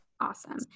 Awesome